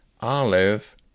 Olive